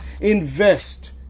invest